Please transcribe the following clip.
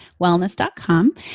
wellness.com